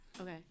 Okay